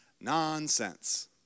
Nonsense